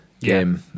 game